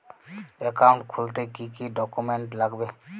Account খুলতে কি কি ডকুমেন্ট লাগবে?